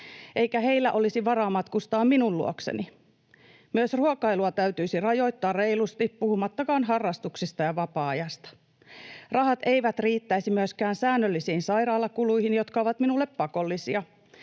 eikä heillä olisi varaa matkustaa minun luokseni. Myös ruokailua täytyisi rajoittaa reilusti, puhumattakaan harrastuksista ja vapaa-ajasta. Rahat eivät riittäisi myöskään säännöllisiin sairaalakuluihin, jotka ovat minulle pakollisia,